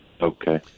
okay